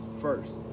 first